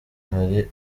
hari